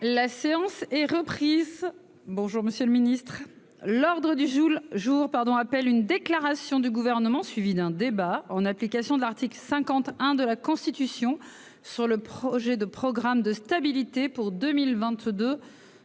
La séance est suspendue. La séance est reprise. L'ordre du jour appelle une déclaration du Gouvernement, suivie d'un débat, en application de l'article 50-1 de la Constitution, sur le projet de programme de stabilité pour 2022-2027.